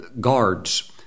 guards